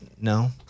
no